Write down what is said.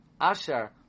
Asher